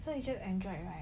so you use android right